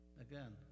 Again